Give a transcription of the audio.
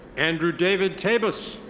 andrew david tabus.